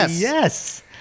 yes